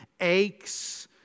aches